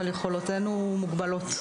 אבל יכולותינו מוגבלות.